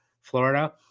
Florida